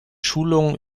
schulungen